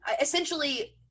essentially